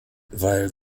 weil